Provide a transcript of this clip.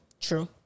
True